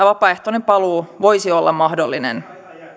vapaaehtoinen paluu voisi olla mahdollinen